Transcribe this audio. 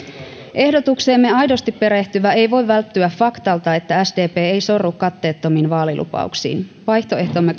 ehdotukseemme aidosti perehtyvä ei voi välttyä faktalta että sdp ei sorru katteettomiin vaalilupauksiin vaihtoehtomme